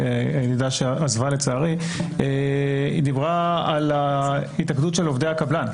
הידידה שעזבה את הישיבה דיברה על ההתאגדות של עובדי הקבלן,